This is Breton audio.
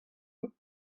out